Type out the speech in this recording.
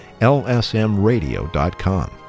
lsmradio.com